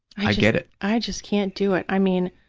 i get it. i just can't do it. i mean,